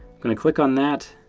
going to click on that,